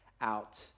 out